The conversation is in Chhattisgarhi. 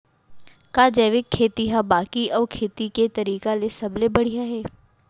का जैविक खेती हा बाकी अऊ खेती के तरीका ले सबले बढ़िया हे?